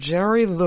Jerry